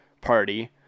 party